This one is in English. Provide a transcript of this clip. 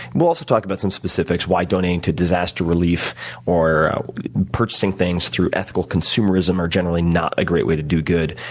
we'll also talk about some specifics, why donating to disaster relief or purchasing things through ethical consumerism are generally not a great way to do good.